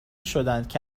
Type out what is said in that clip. شدندکه